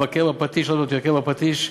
למכה בפטיש,